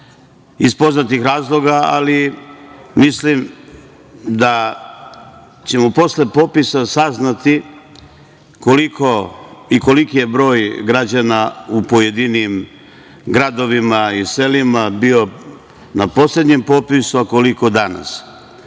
iz poznatih razloga, ali mislim da ćemo posle popisa saznati koliko i koliko je broj građana u pojedinim gradovima i selima bio na poslednjem popisu, a koliko danas. Ja